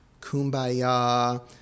kumbaya